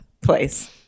place